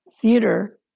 Theater